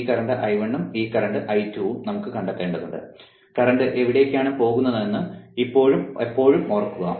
ഈ current I1 ഉം ഈ കറന്റ് I2 ഉം നമുക്ക് കണ്ടെത്തേണ്ടതുണ്ട് കറന്റ് എവിടേക്കാണ് പോകുന്നതെന്ന് എപ്പോഴും ഓർക്കുക